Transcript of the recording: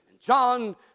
John